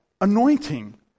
anointing